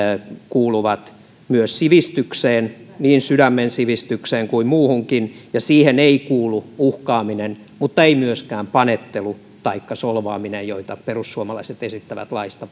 kuuluvat myös sivistykseen niin sydämen sivistykseen kuin muuhunkin ja siihen ei kuulu uhkaaminen mutta ei myöskään panettelu taikka solvaaminen joita perussuomalaiset esittävät laista